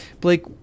Blake